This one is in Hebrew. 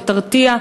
ותרתיע.